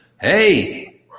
hey